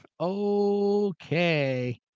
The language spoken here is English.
Okay